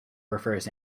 prefers